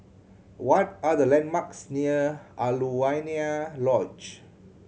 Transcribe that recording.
what are the landmarks near Alaunia Lodge